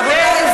רבותי,